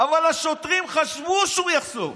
אבל השוטרים חשבו שהוא יחסום.